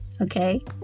Okay